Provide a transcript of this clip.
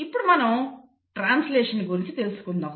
ఇప్పుడు మనం ట్రాన్స్లేషన్ గురించి తెలుసుకుందాం